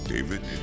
David